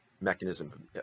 mechanism